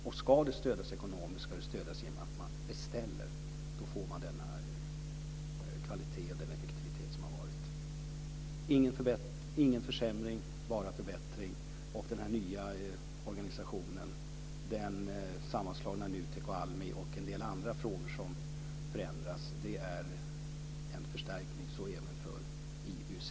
Och ska det stödjas ekonomiskt ska det stödjas genom att man beställer. Då får man den kvalitet och den effektivitet som har uppnåtts. Ingen försämring, bara förbättring. och ALMI och en del andra saker som förändras är en förstärkning, så även för IUC.